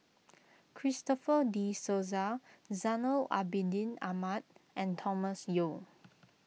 Christopher De Souza Zainal Abidin Ahmad and Thomas Yeo